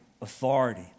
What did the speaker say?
authority